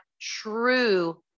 true